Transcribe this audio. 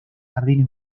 jardines